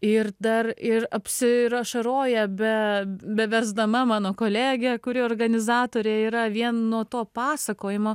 ir dar ir apsiašaroja be beversdama mano kolegę kuri organizatorė yra vien nuo to pasakojimo